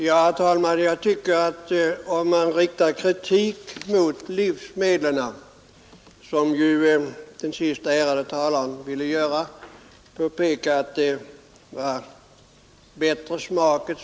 Herr talman! Om man riktar kritik mot livsmedlen — som ju den siste ärade talaren ville göra då han påpekade att det var bättre smak etc.